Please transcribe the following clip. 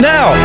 Now